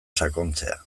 sakontzea